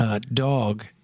Dog